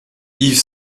yves